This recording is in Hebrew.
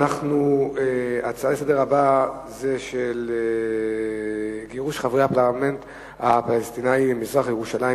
ההצעה לסדר-היום הבאה היא: גירוש חברי הפרלמנט הפלסטיני ממזרח-ירושלים,